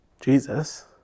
Jesus